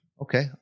Okay